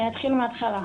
אני אתחיל מהתחלה.